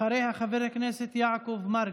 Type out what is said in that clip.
אחריה, חבר הכנסת יעקב מרגי.